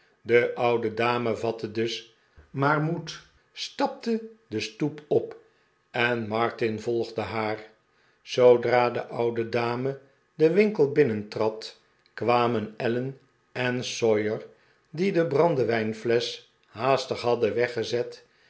de oude dame vatte dus maar moed stapte de stoep op en marfin volgde haar zoodra de oude dame den winkel binrientrad kwamen allen en sawyer die de brandewijnflesch haastig hadden weggezet